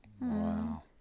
Wow